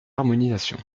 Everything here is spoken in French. harmonisation